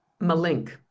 Malink